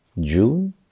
june